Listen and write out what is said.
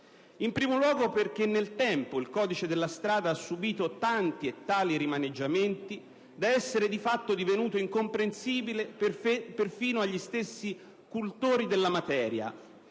In primo luogo perché nel tempo il codice della strada ha subito tanti e tali rimaneggiamenti da essere di fatto divenuto incomprensibile perfino agli stessi cultori della materia;